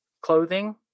clothing